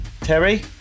Terry